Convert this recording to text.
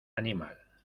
animal